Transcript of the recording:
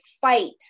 fight